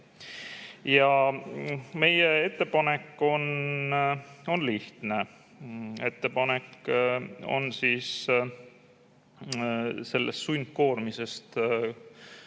Meie ettepanek on lihtne. Ettepanek on sellest sundkoormisest